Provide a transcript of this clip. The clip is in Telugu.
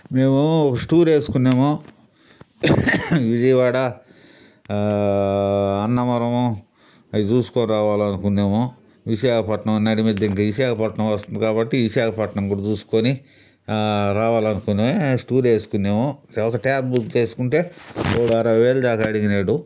మేము స్టూర్ వేసుకున్నాము విజయవాడ అన్నవరము అవి చూసుకొని రావాలి అనుకున్నాము విశాఖపట్నం విశాఖపట్నం వస్తుంది కాబట్టి విశాఖపట్నం కూడా చూసుకొని రావాలనుకుని స్టూర్ వేసుకున్నాము ఒక క్యాబ్ బుక్ చేసుకుంటే వాడు అరవై వేల దాకా అడిగినాడు